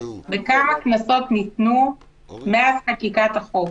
וכמה קנסות הוטלו מאז חקיקת החוק.